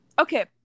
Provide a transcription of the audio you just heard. Okay